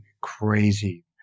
crazy